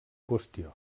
qüestió